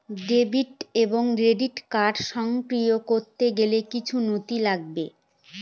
Debit এবং credit card সক্রিয় করতে গেলে কিছু নথি লাগবে?